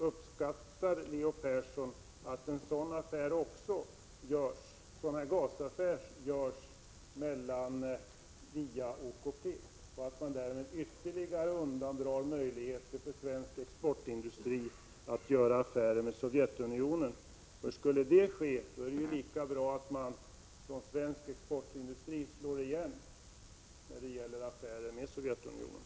Uppskattar Leo Persson att en sådan gasaffär också görs via OKP och att man därmed undandrar svensk exportindustri ytterligare möjligheter att göra affärer med Sovjetunionen? Skulle det ske, är det ju lika bra för svensk exportindustri att slå igen när det gäller affärer med Sovjetunionen.